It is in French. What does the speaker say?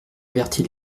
averti